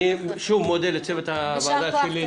אני שוב מודה לצוות הוועדה שלי.